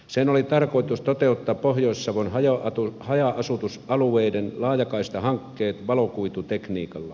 sen oli tarkoitus toteuttaa pohjois savon haja asutusalueiden laajakaistahankkeet valokuitutekniikalla